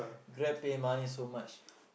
Grab pay money so much